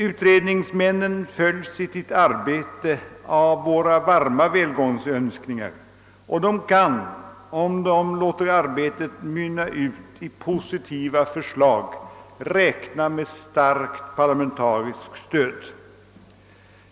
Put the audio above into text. Utredningsmännen följs i sitt arbete av våra varma välgångsönskningar, och de kan, om de låter arbetet mynna ut i positiva förslag, räkna med starkt parlamentariskt stöd.